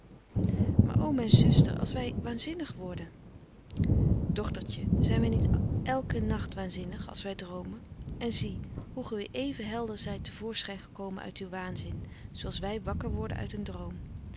maar o mijn zuster als wij waanzinnig worden dochtertje zijn wij allen niet elken nacht waanzinnig als wij droomen en zie hoe ge weer even helder zijt te voorschijn gekomen uit uw waanzin zooals wij wakker worden uit een droom